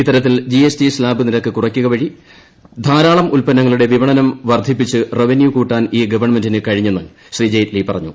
ഇത്തരത്തിൽ G S T slab നിരക്ക് കുറയ്ക്കുക വഴി ധാരാളം ഉല്പന്നങ്ങളുടെ വിപണനം വർദ്ധിപ്പിച്ച് റവന്യൂ കൂട്ടാൻ ഈ ഗവൺമെന്റിന് കഴിഞ്ഞെന്നു ശ്രീ ജെയ്റ്റ്ലി പറഞ്ഞു